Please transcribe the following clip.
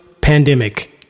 pandemic